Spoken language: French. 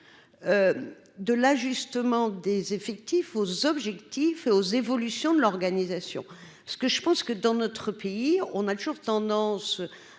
de l'ajustement des effectifs aux objectifs et aux évolutions de l'organisation, ce que je pense que dans notre pays, on a toujours tendance